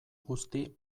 guzti